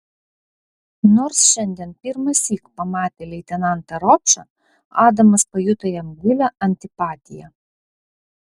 nors šiandien pirmąsyk pamatė leitenantą ročą adamas pajuto jam gilią antipatiją